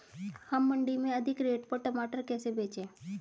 हम मंडी में अधिक रेट पर टमाटर कैसे बेचें?